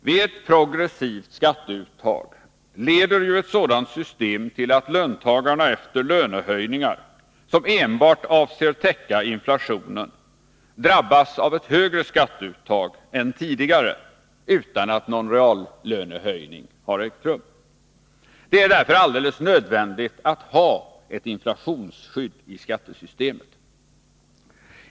Vid ett progressivt skatteuttag leder ju ett sådant system till att löntagarna efter lönehöjningar, som enbart avser att täcka inflationen, drabbas av ett högre skatteuttag än tidigare — utan att någon reallönehöjning har ägt rum. Det är därför alldeles nödvändigt att ha ett inflationsskydd i skattesystemet.